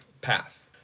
path